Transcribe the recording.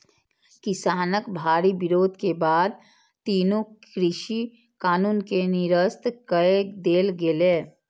किसानक भारी विरोध के बाद तीनू कृषि कानून कें निरस्त कए देल गेलै